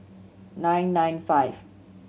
nine nine five